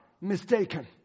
mistaken